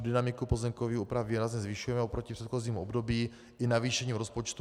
Dynamiku pozemkových úprav výrazně zvyšujeme oproti předchozímu období i navýšením rozpočtu.